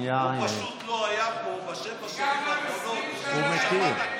הוא פשוט לא היה פה בשבע השנים האחרונות, הוא לא